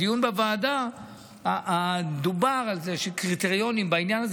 בדיון בוועדה דובר על זה שקריטריונים בעניין הזה